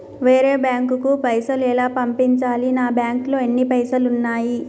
వేరే బ్యాంకుకు పైసలు ఎలా పంపించాలి? నా బ్యాంకులో ఎన్ని పైసలు ఉన్నాయి?